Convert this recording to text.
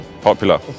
popular